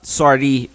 sorry